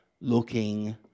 looking